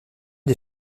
des